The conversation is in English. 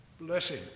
blessing